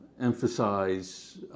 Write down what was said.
emphasize